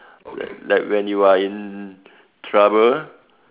like when you are in trouble